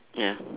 ya